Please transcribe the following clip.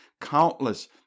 countless